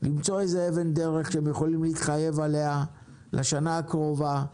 למצוא איזו אבן דרך שהם יכולים להתחייב עליה לשנה הקרובה,